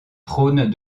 trône